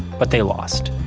but they lost.